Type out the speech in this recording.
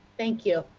thank you.